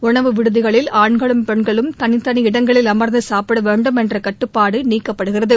உனவு விடுதிகளில் ஆண்களும் பெண்களும் தனித்தனி இடங்களில் அமர்ந்து சாப்பிட வேண்டும் என்ற கட்டுப்பாடு நீக்கப்படுகிறது